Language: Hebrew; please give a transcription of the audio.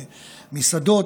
במסעדות,